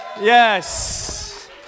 Yes